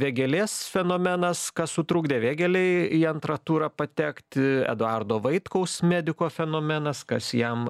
vėgėlės fenomenas kas sutrukdė vėgėlei į antrą turą patekti eduardo vaitkaus mediko fenomenas kas jam